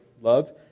love